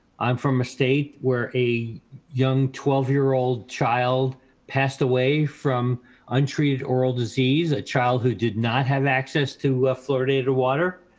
i'm from a state where a young twelve year old child passed away from untreated oral disease, a child who did not have access to a fluoridated water.